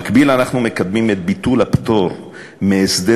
במקביל אנחנו מקדמים את ביטול הפטור מהסדר